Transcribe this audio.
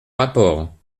rapports